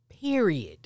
Period